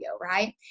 right